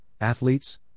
athletes